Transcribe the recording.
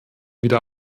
wieder